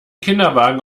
kinderwagen